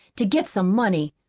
to get some money.